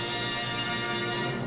and